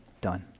done